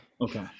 Okay